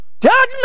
Judgment